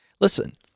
Listen